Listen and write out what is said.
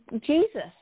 Jesus